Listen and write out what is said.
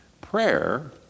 Prayer